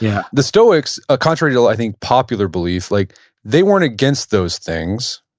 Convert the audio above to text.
yeah the stoics, ah contrary to i think popular belief, like they weren't against those things,